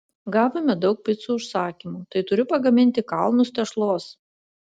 gavome daug picų užsakymų tai turiu pagaminti kalnus tešlos